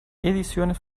ediciones